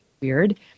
weird